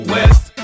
West